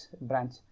branch